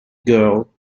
girl